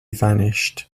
vanished